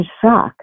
shock